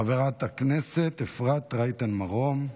חברת הכנסת אפרת רייטן מרום,